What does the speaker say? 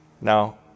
now